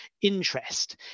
interest